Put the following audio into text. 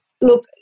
look